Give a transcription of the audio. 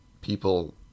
people